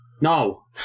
No